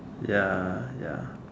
ya ya